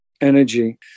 energy